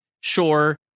sure